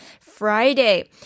Friday